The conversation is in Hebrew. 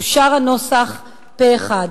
אושר הנוסח פה אחד.